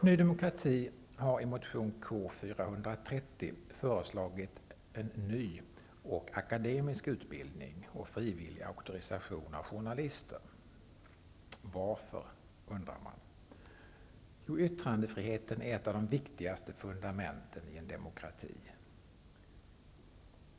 Ny demokrati har i motion K430 föreslagit en ny och akademisk utbildning samt frivillig auktorisation av journalister. Varför? undrar man. Yttrandefriheten är ett av de viktigaste fundamenten i en demokrati.